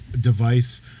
device